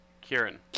Kieran